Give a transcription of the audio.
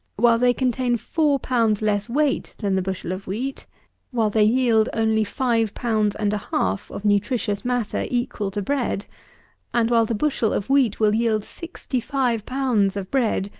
while they contain four pounds less weight than the bushel of wheat while they yield only five pounds and a half of nutritious matter equal to bread and while the bushel of wheat will yield sixty-five pounds of bread,